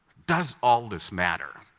does all this matter?